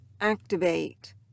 activate